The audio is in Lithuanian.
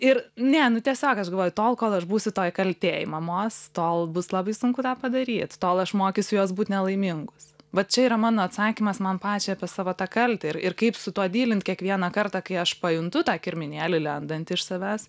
ir ne nu tiesiog aš galvoju tol kol aš būsiu toj kaltėj mamos tol bus labai sunku tą padaryt tol aš mokysiu juos būt nelaimingus vat čia yra mano atsakymas man pačiai apie savo tą kaltę ir ir kaip su tuo dylint kiekvieną kartą kai aš pajuntu tą kirminėlį lendantį iš savęs